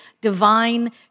divine